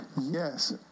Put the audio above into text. Yes